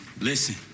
Listen